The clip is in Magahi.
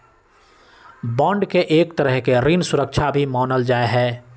बांड के एक तरह के ऋण सुरक्षा भी मानल जा हई